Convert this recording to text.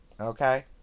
Okay